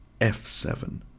F7